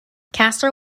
castro